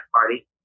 party